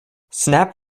snap